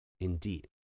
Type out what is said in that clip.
Indeed